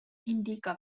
indica